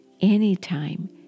anytime